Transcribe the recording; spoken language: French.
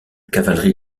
cavalerie